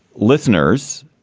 listeners.